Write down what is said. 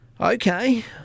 Okay